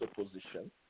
opposition